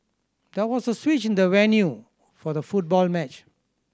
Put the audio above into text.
there was a switch in the venue for the football match